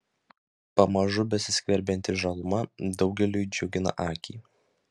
pamažu besiskverbianti žaluma daugeliui džiugina akį